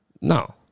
No